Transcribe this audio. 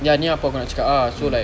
yang ni apa aku nak cakap ah so like